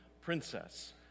princess